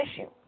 issue